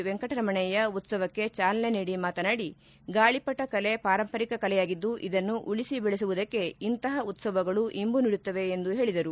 ವೆಂಕಟರಮಣಯ್ಯ ಉತ್ಸವಕ್ಕೆ ಚಾಲನೆ ನೀಡಿ ಮಾತನಾಡಿ ಗಾಳಿಪಟ ಕಲೆ ಪಾರಂಪರಿಕ ಕಲೆಯಾಗಿದ್ದು ಇದನ್ನು ಉಳಿಸಿ ಬೆಳೆಸುವುದಕ್ಕೆ ಇಂತಹ ಉತ್ಸವಗಳು ಇಂಬು ನೀಡುತ್ತವೆ ಎಂದು ಹೇಳಿದರು